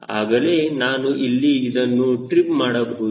ಆಗಲೇ ನಾನು ಇಲ್ಲಿ ಇದನ್ನು ಟ್ರಿಮ್ ಮಾಡಬಹುದು